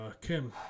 Kim